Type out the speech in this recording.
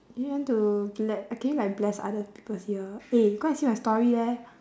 you want to let can you like bless other people's ear eh go and see my story leh